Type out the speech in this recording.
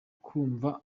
kumva